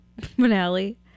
finale